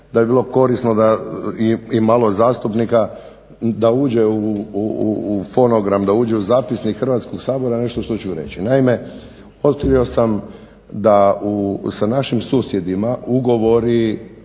da bi bilo korisno da i malo zastupnika, da uđe u fonogram, da uđe u zapisnik Hrvatskog sabora nešto što ću reći. Naime, otkrio sam da sa našim susjedima ugovori